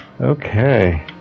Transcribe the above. Okay